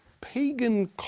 pagan